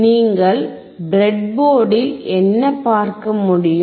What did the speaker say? நீங்கள் பிரெட் போர்டில் என்ன பார்க்க முடியும்